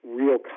real